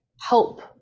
help